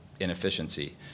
Inefficiency